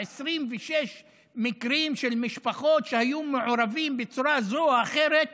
26 מקרים של משפחות שהיו מעורבות בצורה זו או אחרת בפיגועים.